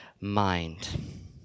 mind